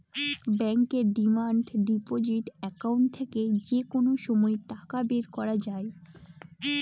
ব্যাঙ্কের demand deposit account থেকে যে কোনো সময় টাকা বের করা যায়